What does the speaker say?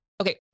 Okay